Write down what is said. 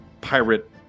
pirate